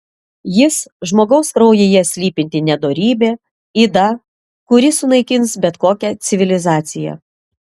jis žmogaus kraujyje slypinti nedorybė yda kuri sunaikins bet kokią civilizaciją